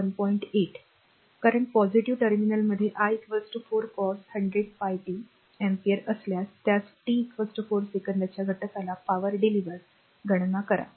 8 current positive टर्मिनलमध्ये i 4 cos 100πt ampere असल्यास त्यास टी 4 मिलीसेकंदच्या घटकाला power deliveredवितरित शक्तीची गणना करा